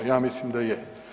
Ja mislim da je.